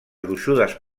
gruixudes